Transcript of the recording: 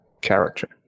character